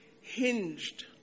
hinged